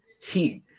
heat